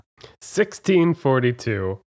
1642